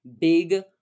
big